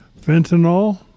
fentanyl